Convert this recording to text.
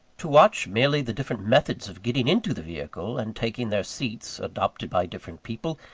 to watch merely the different methods of getting into the vehicle, and taking their seats, adopted by different people,